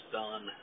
done